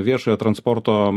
viešojo transporto